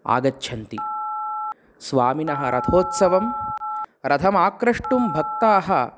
आगच्छन्ति स्वामिनः रथोत्सवं रथमाक्रष्टुं भक्ताः